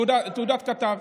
תעודת כתב.